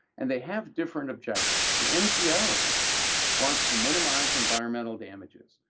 and they have different objectives. the ngo wants to minimize environmental damages,